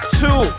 two